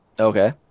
Okay